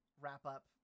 wrap-up